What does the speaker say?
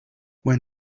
when